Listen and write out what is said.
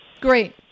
Great